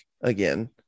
again